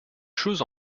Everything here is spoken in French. chose